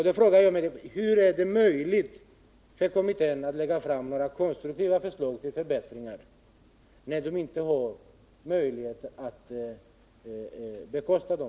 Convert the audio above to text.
Då frågar jag mig: Hur skall kommittén kunna lägga fram några konstruktiva förslag till förbättringar när den inte kan bekosta dem?